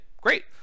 great